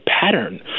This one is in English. pattern